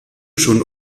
schon